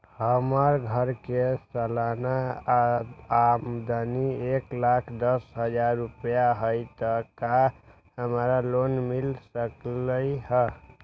हमर घर के सालाना आमदनी एक लाख दस हजार रुपैया हाई त का हमरा लोन मिल सकलई ह?